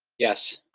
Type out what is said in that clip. yes.